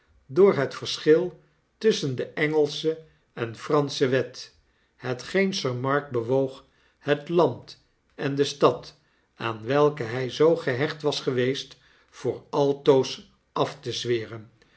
door het verschil tusschen de engelsche en fransche wet hetgeen sir mark bewoog hetlandende stad aan welke hfl zoo gehecht was geweest voor altoos af te zweren